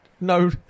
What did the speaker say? no